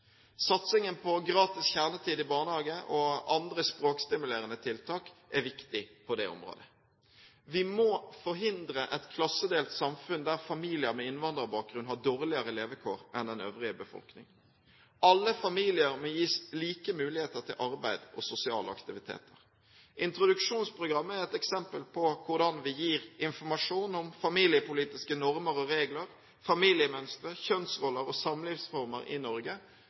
Satsingen på gratis kjernetid i barnehage og andre språkstimulerende tiltak er viktig på det området. Vi må forhindre et klassedelt samfunn der familier med innvandrerbakgrunn har dårligere levekår enn den øvrige befolkning. Alle familier må gis like muligheter til arbeid og sosiale aktiviteter. Introduksjonsprogrammet er et eksempel på hvordan vi gir informasjon om familiepolitiske normer og regler, familiemønstre, kjønnsroller og samlivsformer i Norge,